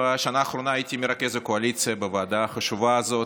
בשנה האחרונה הייתי מרכז הקואליציה בוועדה החשובה הזו,